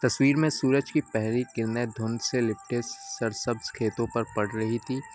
تصویر میں سورج کی پہلی کرنیں دھند سے لپٹے سر سبز کھیتوں پر پڑ رہی تھیں